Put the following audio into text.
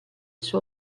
suo